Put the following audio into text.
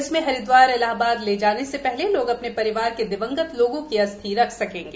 इसमें हरिद्वार इलाहाबाद सौरोंजी से पहले लोग अपने परिवार के दिवंगत लोगों की अस्थि रख सकेंगे